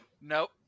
Nope